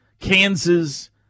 Kansas